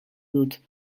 dut